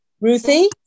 Ruthie